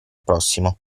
prossimo